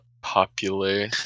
popular